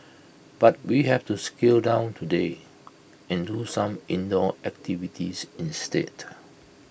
but we have to scale down today and do some indoor activities instead